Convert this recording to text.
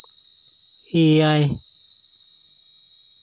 ᱮᱭᱟᱭ